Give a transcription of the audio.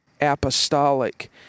apostolic